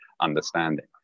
understanding